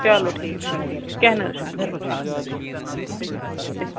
چلو ٹھیٖک چھُ ٹھیٖک چھُ کیٚنٛہہ نَہ حظ چھُنہٕ چلو بِہیٛو بِہیٛو